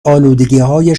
الودگیهای